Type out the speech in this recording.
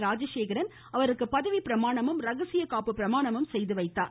ராஜசேகரன் அவருக்கு பதவி பிரமாணமும் ரகசிய காப்பு பிரமாணமும் செய்து வைத்தார்